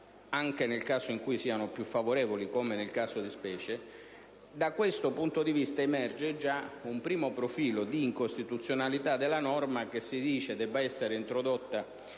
anche nel caso in cui siano più favorevoli, come nel caso di specie. Da questo punto di vista, emerge già un primo profilo di incostituzionalità della norma che si dice debba essere introdotta